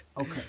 okay